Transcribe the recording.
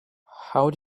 how